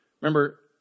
remember